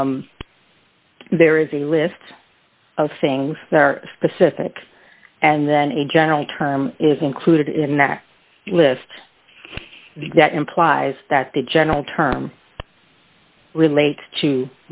a list of things that are specific and then a general term is included in that list that implies that the general term relates to